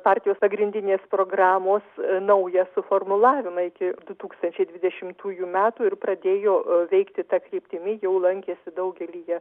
partijos pagrindinės programos naują suformulavimą iki du tūkstančiai dvidešimtųjų metų ir pradėjo veikti ta kryptimi jau lankėsi daugelyje